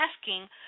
asking